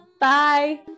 Bye